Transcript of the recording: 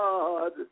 God